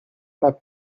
pas